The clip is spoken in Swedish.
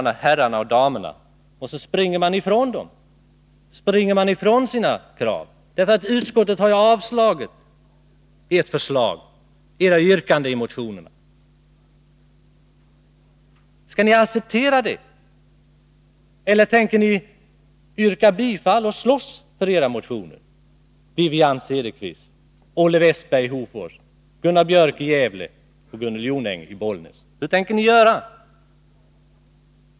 Jo, efter att ha motionerat springer dessa herrar och damer ifrån sina krav. Utskottet har avstyrkt era yrkanden i motionen. Accepterar ni det? Tänker ni slåss för motionen och yrka bifall till den? Vad svarar ni, Wivi-Anne Cederqvist, Olle Westberg i Hofors, Gunnar Björk i Gävle och Gunnel Jonäng, Bollnäs? Hur tänker ni göra?